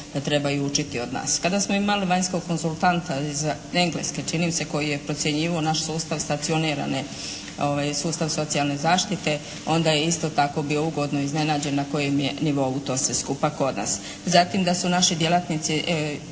trebaju učiti od nas. Kada smo imali vanjskog konzultanta za engleske, čini mi se koji je procjenjivao naš sustav stacionirane sustav socijalne zaštite onda je isto tako bio ugodno iznenađen na kojem je nivou to sve skupa kod nas. Zatim, da su naši djelatnici